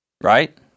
right